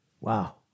Wow